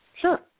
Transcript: Sure